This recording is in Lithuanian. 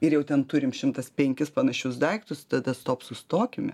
ir jau ten turim šimtas penkis panašius daiktus tada stop sustokime